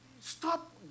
Stop